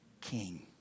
king